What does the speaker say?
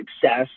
success